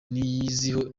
niyiziho